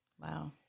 Wow